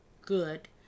good